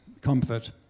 comfort